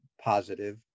positive